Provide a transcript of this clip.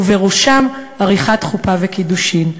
ובראשם עריכת חופה וקידושין.